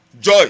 Joy